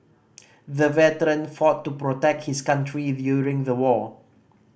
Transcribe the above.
the veteran fought to protect his country during the war